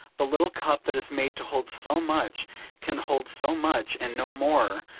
the little cup that is made to hold so much can hold so much and no more,